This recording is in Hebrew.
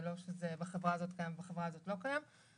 זה לא קיים בחברה הזאת ולא קיים בחברה ההיא.